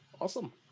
Awesome